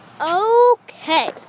Okay